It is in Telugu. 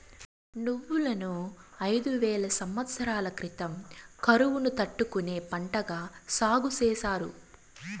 నువ్వులను ఐదు వేల సమత్సరాల క్రితం కరువును తట్టుకునే పంటగా సాగు చేసారు